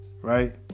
right